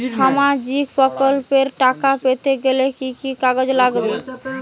সামাজিক প্রকল্পর টাকা পেতে গেলে কি কি কাগজ লাগবে?